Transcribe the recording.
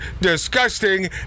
disgusting